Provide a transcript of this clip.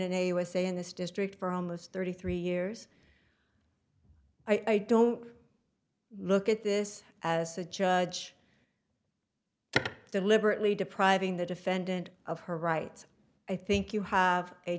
district for almost thirty three years i don't look at this as a judge deliberately depriving the defendant of her rights i think you have a